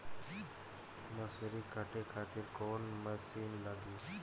मसूरी काटे खातिर कोवन मसिन लागी?